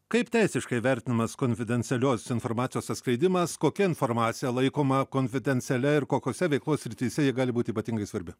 kaip teisiškai vertinamas konfidencialios informacijos atskleidimas kokia informacija laikoma konfidencialia ir kokiose veiklos srityse ji gali būti ypatingai svarbi